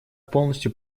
полностью